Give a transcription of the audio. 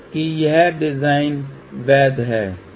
इसलिए आमतौर पर उच्च पास डिजाइन की तुलना में लो पास डिजाइन बेहतर है